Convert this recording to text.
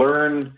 learn